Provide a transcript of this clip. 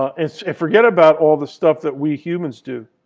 and forget about all the stuff that we humans do.